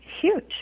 huge